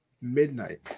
midnight